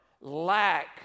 lack